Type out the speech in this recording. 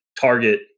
target